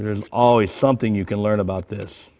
there's always something you can learn about this